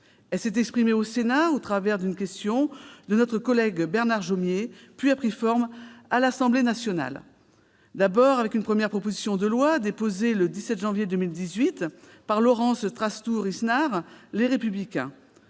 Celle-ci s'est exprimée au Sénat au travers d'une question de notre collègue Bernard Jomier, puis a pris forme à l'Assemblée nationale, d'abord avec une première proposition de loi, déposée le 17 janvier 2018 par Laurence Trastour-Isnart, membre